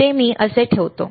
तर मी ते असे ठेवतो